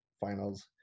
Finals